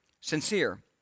sincere